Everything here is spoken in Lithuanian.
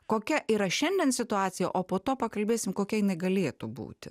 kokia yra šiandien situacija o po to pakalbėsim kokia jinai galėtų būti